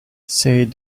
said